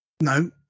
No